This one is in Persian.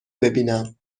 ببینم